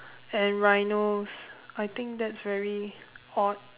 and rhinos I think that's very odd